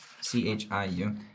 C-H-I-U